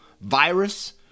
virus